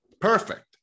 perfect